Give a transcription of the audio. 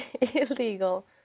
Illegal